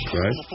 right